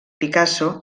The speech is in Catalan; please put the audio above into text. picasso